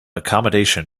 accommodation